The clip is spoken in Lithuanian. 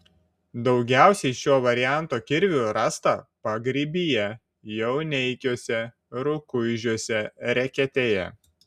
daugiausiai šio varianto kirvių rasta pagrybyje jauneikiuose rukuižiuose reketėje